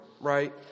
right